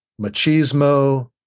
machismo